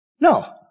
No